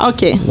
Okay